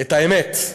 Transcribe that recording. את האמת.